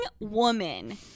woman